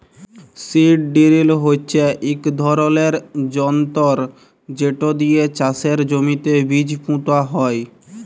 seed drill হচ্যে ইক ধরলের যনতর যেট দিয়ে চাষের জমিতে বীজ পুঁতা হয়